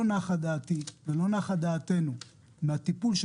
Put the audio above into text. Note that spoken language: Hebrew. לא נחה דעתי ולא נחה דעתנו מהטיפול של